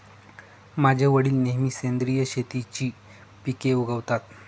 माझे वडील नेहमी सेंद्रिय शेतीची पिके उगवतात